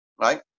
Right